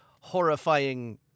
horrifying